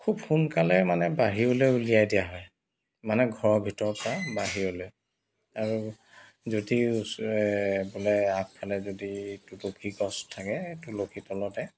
খুব সোনকালে মানে বাহিৰলৈ উলিয়াই দিয়া হয় মানে ঘৰৰ ভিতৰৰ পৰা বাহিৰলৈ আৰু যদি বোলে আগফালে যদি তুলসী গছ থাকে তুলসী তলতে